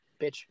bitch